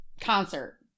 concert